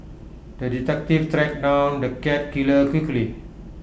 the detective tracked down the cat killer quickly